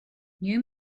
new